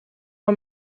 mal